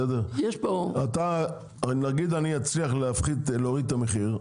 נגיד שאצליח להוריד את המחיר,